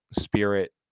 spirit